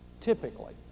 typically